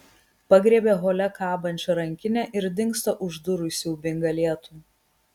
pagriebia hole kabančią rankinę ir dingsta už durų į siaubingą lietų